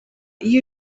iyo